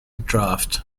draft